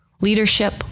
leadership